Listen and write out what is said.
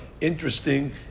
interesting